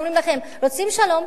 אומרים לכם: רוצים שלום?